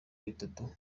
bitatu